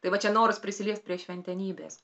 tai va čia noras prisiliest prie šventenybės